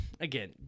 again